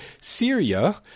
Syria